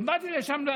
ובאתי לשם,